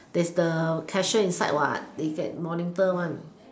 there's the cashier inside what they can monitor one